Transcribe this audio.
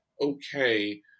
okay